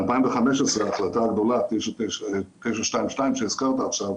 ב-2015 ההחלטה הגדולה 922 שהזכרת עכשיו,